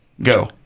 Go